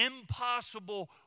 impossible